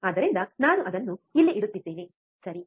ಆದ್ದರಿಂದ ನಾನು ಅದನ್ನು ಇಲ್ಲಿ ಇಡುತ್ತಿದ್ದೇನೆ ಸರಿ